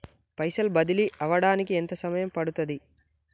పైసలు బదిలీ అవడానికి ఎంత సమయం పడుతది?